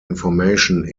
information